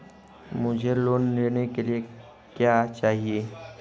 मुझे लोन लेने के लिए क्या चाहिए?